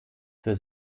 für